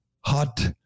hot